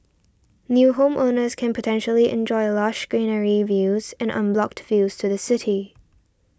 new homeowners can potentially enjoy lush greenery views and unblocked views to the city